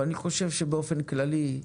אבל אני חושב שבאופן כללי,